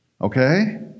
Okay